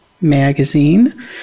magazine